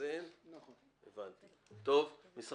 בכל מקרה